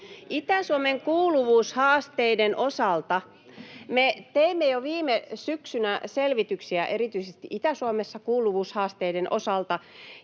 Itä-Suomen kuuluvuushaasteiden osalta: Me teimme jo viime syksynä selvityksiä erityisesti Itä-Suomessa kuuluvuushaasteiden osalta,